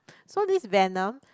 so this Venom